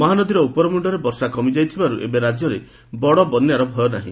ମହାନଦୀର ଉପରମୁଖରେ ବର୍ଷା କମିଥିବାରୁ ଏବେ ରାକ୍ୟରେ ବଡ଼ ବନ୍ୟାର ଭୟ ନାହି